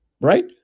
Right